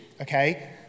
okay